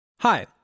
Hi